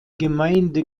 gemeinde